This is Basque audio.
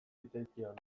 zitzaizkion